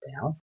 down